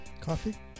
Coffee